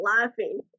laughing